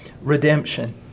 redemption